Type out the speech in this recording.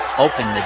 open the